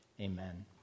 Amen